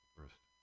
First